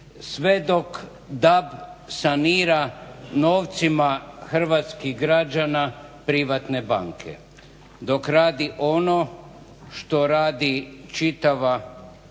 sve dok DAB sanira novcima hrvatskih građana privatne banke, dok radi ono što radi čitava